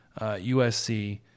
USC